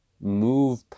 Move